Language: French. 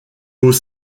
aux